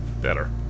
better